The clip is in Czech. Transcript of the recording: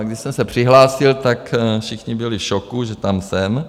Když jsem se přihlásil, tak všichni byli v šoku, že tam jsem.